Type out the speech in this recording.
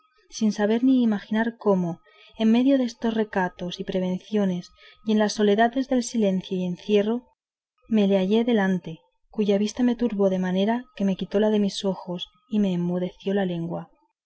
sin saber ni imaginar cómo en medio destos recatos y prevenciones y en la soledad deste silencio y encierro me le hallé delante cuya vista me turbó de manera que me quitó la de mis ojos y me enmudeció la lengua